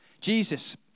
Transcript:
Jesus